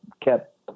kept